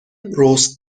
رست